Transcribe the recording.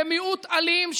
זה מיעוט אלים,